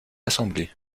assemblée